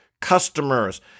customers